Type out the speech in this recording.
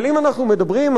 אבל אם אנחנו מדברים,